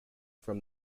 from